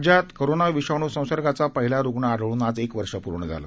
राज्यात कोरोना विषाणू संसर्गाचा पहिला रुग्ण आढळून आज एक वर्ष पूर्ण झालं